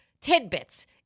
tidbits